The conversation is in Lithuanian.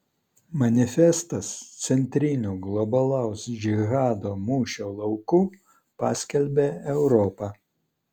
manifestas centriniu globalaus džihado mūšio lauku paskelbė europą